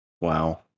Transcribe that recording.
Wow